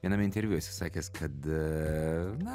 viename interviu esi sakęs kad na